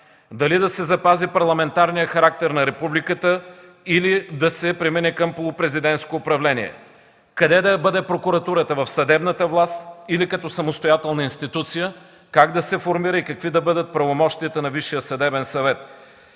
дали да се запази парламентарният характер на републиката, или да се премине към полупрезидентско управление? Къде да бъде Прокуратурата – в съдебната власт или като самостоятелна институция? Как да се формира и какви да бъдат правомощията на Висшия съдебен съвет?